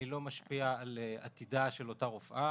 אני לא משפיע על עתידה של אותה רופאה,